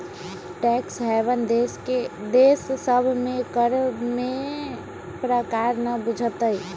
tax haven देश सभ में कर में कोनो प्रकारे न बुझाइत